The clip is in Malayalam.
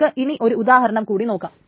നമുക്ക് ഇനി ഒരു ഉദാഹരണം കൂടി നോക്കാം